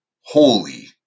holy